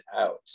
out